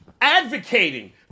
advocating